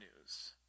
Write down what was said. news